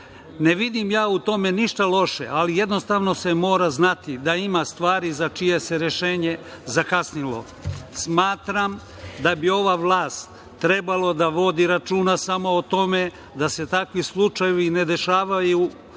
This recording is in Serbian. Ne vidim u tome ništa loše, ali jednostavno se mora znati da ima stvari za čije se rešenje zakasnilo. Smatram da bi ova vlast trebala da vodi računa samo o tome da se takvi slučajevi ne dešavaju